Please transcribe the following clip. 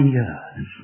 years